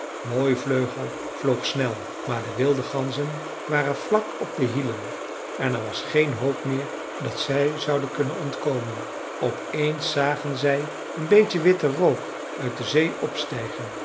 mooivleugel vloog snel maar de wilde ganzen waren vlak op de hielen en er was geen hoop meer dat zij zouden kunnen ontkomen op eens zagen zij een beetje witten rook uit de zee opstijgen